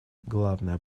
главная